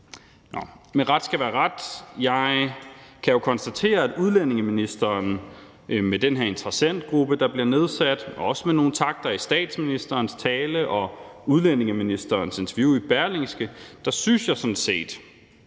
Men ret skal være ret. Jeg kan jo konstatere, at udlændingeministeren med den her interessentgruppe, der er blevet nedsat, og også ud fra nogle takter i statsministerens tale og udlændingeministerens interview i Berlingske, at man lader til at